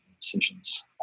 decisions